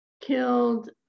killed